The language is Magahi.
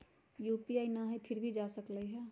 यू.पी.आई न हई फिर भी जा सकलई ह?